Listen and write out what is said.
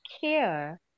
Care